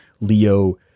Leo